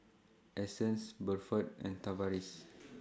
Essence Buford and Tavaris